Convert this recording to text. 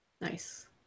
nice